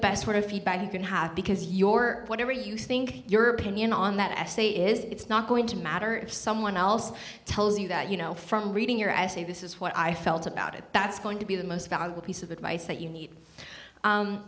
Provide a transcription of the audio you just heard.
best sort of feedback you can have because your whatever you think your opinion on that essay is it's not going to matter if someone else tells you that you know from reading your essay this is what i felt about it that's going to be the most valuable piece of advice that you need